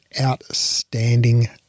outstanding